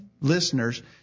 listeners